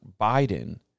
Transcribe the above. Biden